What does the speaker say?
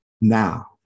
Now